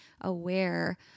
aware